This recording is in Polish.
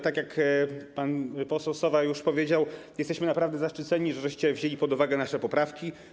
Tak jak pan poseł Sowa już powiedział, jesteśmy naprawdę zaszczyceni, że wzięliście pod uwagę nasze poprawki.